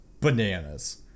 bananas